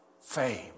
Fame